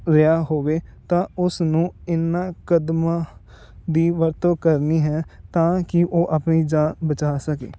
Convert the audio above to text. ਰਿਹਾ ਹੋਵੇ ਤਾਂ ਉਸ ਨੂੰ ਇਹਨਾਂ ਕਦਮਾਂ ਦੀ ਵਰਤੋਂ ਕਰਨੀ ਹੈ ਤਾਂ ਕਿ ਉਹ ਆਪਣੀ ਜਾਨ ਬਚਾ ਸਕੇ